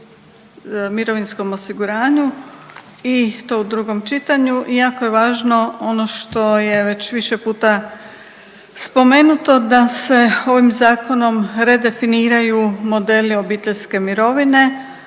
o mirovinskom osiguranju i to u drugom čitanju i jako je važno ono što je već više puta spomenuto da se ovim zakonom redefiniraju modeli obiteljske mirovine